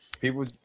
people